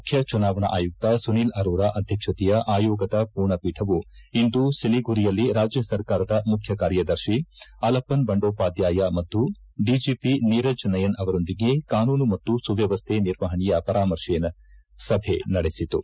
ಮುಖ್ಯ ಚುನಾವಣಾ ಆಯುಕ್ತ ಸುನಿಲ್ ಅರೋರ ಅಧ್ಯಕ್ಷತೆಯ ಆಯೋಗದ ಮೂರ್ಣ ಪೀಠವು ಇಂದು ಸಿಲಿಗುರಿಯಲ್ಲಿ ರಾಜ್ಯ ಸರ್ಕಾರದ ಮುಖ್ಯ ಕಾರ್ಯದರ್ಶಿ ಅಲಪನ್ ಬಂಡೋಪಾಧ್ನಾಯ ಮತ್ತು ಡಿಜಿಪಿ ನೀರಜ್ ನಯನ್ ಅವರೊಂದಿಗೆ ಕಾನೂನು ಮತ್ತು ಸುವ್ದವಸ್ವೆ ನಿರ್ವಹಣೆಯ ಪರಾಮರ್ತೆ ಸಭೆ ನಡೆಸಿತು